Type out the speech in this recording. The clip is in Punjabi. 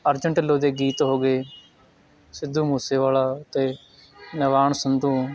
ਅਰਜਨ ਢਿੱਲੋਂ ਦੇ ਗੀਤ ਹੋ ਗਏ ਸਿੱਧੂ ਮੂਸੇਵਾਲਾ ਅਤੇ ਨਵਾਣ ਸੰਧੂ